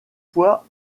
fois